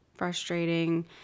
frustrating